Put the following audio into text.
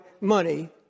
money